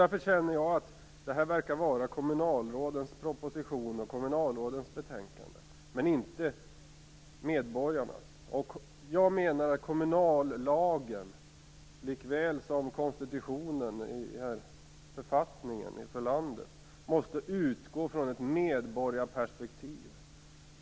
Därför känner jag att detta är kommunalrådens proposition och betänkande - men inte medborgarnas. Kommunallagen, likväl som konstitutionen, måste utgå från ett medborgarperspektiv.